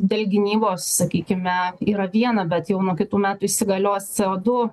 dėl gynybos sakykime yra viena bet jau nuo kitų metų įsigalios co du